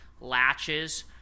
latches